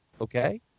okay